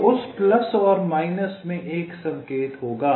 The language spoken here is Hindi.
तो उस प्लस और माइनस में एक संकेत होगा